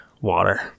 Water